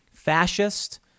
fascist